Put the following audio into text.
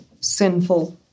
sinful